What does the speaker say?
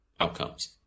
outcomes